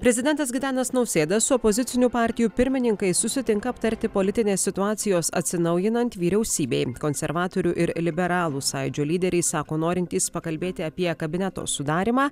prezidentas gitanas nausėda su opozicinių partijų pirmininkais susitinka aptarti politinės situacijos atsinaujinant vyriausybei konservatorių ir liberalų sąjūdžio lyderiai sako norintys pakalbėti apie kabineto sudarymą